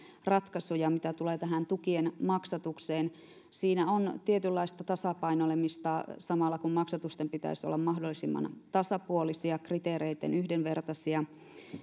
ratkaisuja mitä tulee tähän tukien maksatukseen siinä on tietynlaista tasapainoilemista samalla kun maksatusten pitäisi olla mahdollisimman tasapuolisia kriteereitten yhdenvertaisia